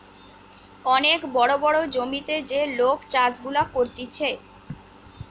অনেক বড় বড় জমিতে যে লোক চাষ গুলা করতিছে